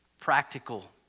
practical